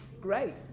Great